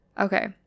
Okay